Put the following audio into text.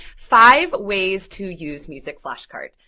five ways to use music flashcards.